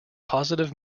positive